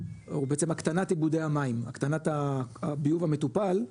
או בעצם הקטנת איבודי המים, הקטנת הביוב המטופל,